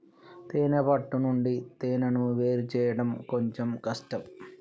తేనే పట్టు నుండి తేనెను వేరుచేయడం కొంచెం కష్టం